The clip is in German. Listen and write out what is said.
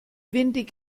windig